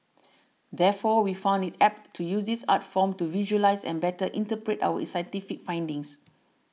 therefore we found it apt to use this art form to visualise and better interpret our scientific findings